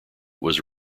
was